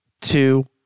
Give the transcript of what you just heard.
two